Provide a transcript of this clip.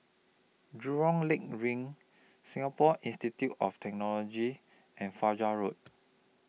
Jurong Lake LINK Singapore Institute of Technology and Fajar Road